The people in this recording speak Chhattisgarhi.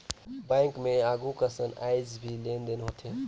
बैंक मे आघु कसन आयज भी लेन देन होथे